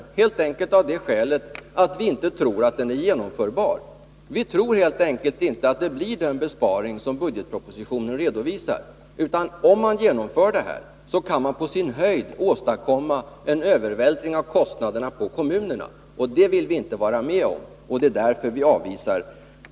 Skälet till det är helt enkelt att vi inte tror att den är genomförbar. Vi tror inte att det blir den besparing som budgetpropositionen redovisar. Man kan på sin höjd åstadkomma en övervältring av kostnaderna på kommunerna, och det vill vi inte vara med om.